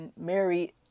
married